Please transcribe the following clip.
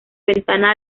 ventana